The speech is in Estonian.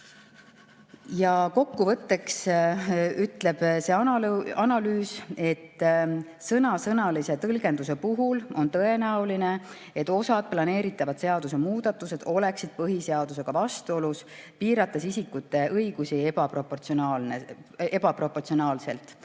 Kokkuvõtteks ütleb see analüüs, et sõnasõnalise tõlgenduse puhul on tõenäoline, et osa planeeritavad seaduse muudatusi oleks põhiseadusega vastuolus, piirates isikute õigusi ebaproportsionaalselt.